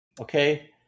okay